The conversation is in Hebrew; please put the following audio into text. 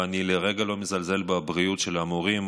ואני לרגע לא מזלזל בבריאות של המורים,